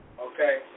Okay